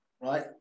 right